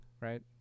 right